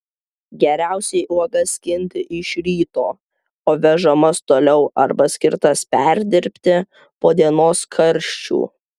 geriausiai uogas skinti iš ryto o vežamas toliau arba skirtas perdirbti po dienos karščių